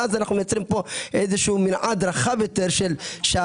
ואז אנו מייצרים פה מנעד רחב יותר שהלקוח